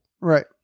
Right